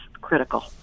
critical